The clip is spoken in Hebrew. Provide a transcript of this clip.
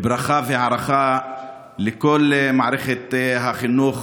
ברכה והערכה לכל מערכת החינוך,